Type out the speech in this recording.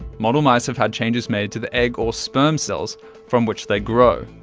model mice have had changes made to the egg or sperm cells from which they grow.